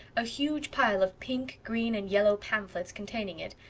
a huge pile of pink, green and yellow pamphlets, containing it,